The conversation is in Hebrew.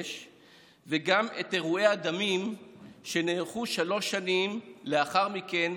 וגם את אירועי הדמים שהתחוללו שלוש שנים לאחר מכן,